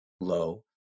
low